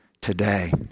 today